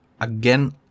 again